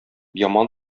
яман